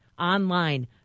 online